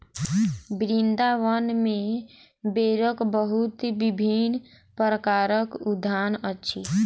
वृन्दावन में बेरक बहुत विभिन्न प्रकारक उद्यान अछि